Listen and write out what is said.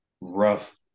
rough